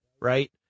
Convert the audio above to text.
right